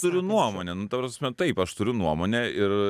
turiu nuomonę nu ta prasme taip aš turiu nuomonę ir